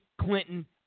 Clinton